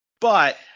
But-